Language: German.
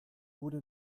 wurde